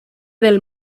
del